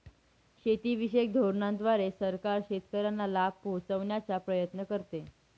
शेतीविषयक धोरणांद्वारे सरकार शेतकऱ्यांना लाभ पोहचवण्याचा प्रयत्न करते